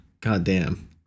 goddamn